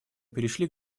перешли